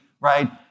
Right